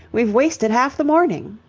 we've wasted half the morning.